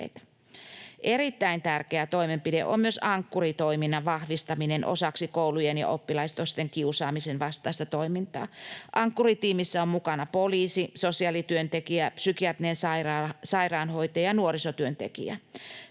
Erittäin tärkeä toimenpide on myös Ankkuri-toiminnan vahvistaminen osaksi koulujen ja oppilaitosten kiusaamisen vastaista toimintaa. Ankkuri-tiimissä on mukana poliisi, sosiaalityöntekijä, psykiatrinen sairaanhoitaja ja nuorisotyöntekijä.